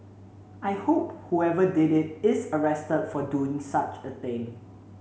I hope whoever did it is arrested for doing such a thing